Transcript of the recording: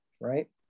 right